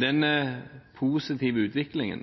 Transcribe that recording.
Den positive utviklingen